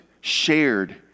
shared